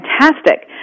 fantastic